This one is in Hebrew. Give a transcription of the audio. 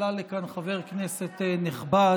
עלה לכאן חבר כנסת נכבד,